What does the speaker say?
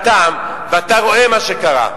בהגדרתם, ואתה רואה מה שקרה,